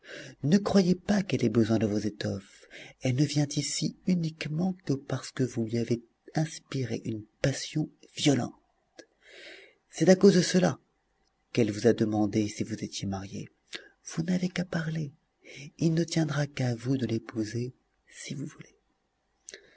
ne croyez pas qu'elle ait besoin de vos étoffes elle ne vient ici uniquement que parce que vous lui avez inspiré une passion violente c'est à cause de cela qu'elle vous a demandé si vous étiez marié vous n'avez qu'à parler il ne tiendra qu'à vous de l'épouser si vous voulez